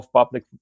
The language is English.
public